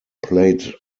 played